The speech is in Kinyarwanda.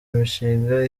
imishinga